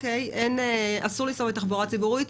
אסור לנסוע בתחבורה ציבורית.